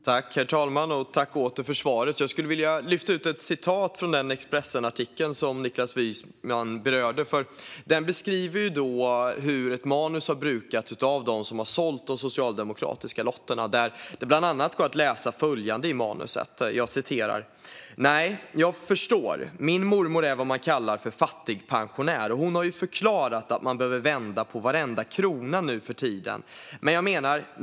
Herr talman! Jag tackar åter Niklas Wykman för svaret. I den Expressenartikel Niklas Wykman nämner beskrivs hur ett manus har använts av dem som har sålt de socialdemokratiska lotterna. Bland annat gå följande att läsa i manuset: "Nää, jag förstår, min mormor är vad man kallar för fattigpensionär och hon har ju förklarat att man behöver vända på varenda krona nu för tiden men jag menar.